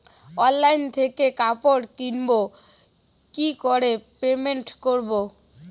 Online থেকে কাপড় কিনবো কি করে পেমেন্ট করবো?